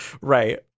right